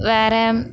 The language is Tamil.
வேறே